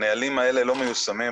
הנהלים האלה לא מיושמים,